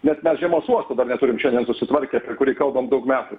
bet mes žiemos uosto dar neturim šiandien susitvarkę kurį kalbame daug metų